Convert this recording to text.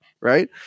right